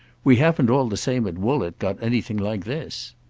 we haven't all the same at woollett got anything like this.